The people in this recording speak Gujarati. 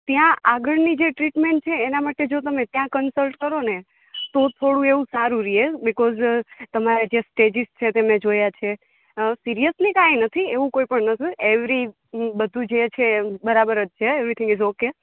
ત્યાં આગળની જે ટ્રીટમેન્ટ છે એના માટે જો તમે ત્યાં કન્સલ્ટ કરો ને તો થોડું એવુ સારું રીએ બિકોઝ તમારે જે સ્ટેજિસ સાથે મેં જોયા છે સિરિયસલી કાઇ નથી એવુ કોઈ પણ નથી એવરી બધુ જે છે એ બરાબર જ છે એવરીથિંગ ઈઝ ઓકે